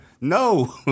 No